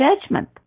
judgment